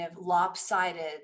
lopsided